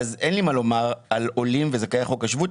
אז אין לי מה לומר על עולים וזכאי חוק השבות,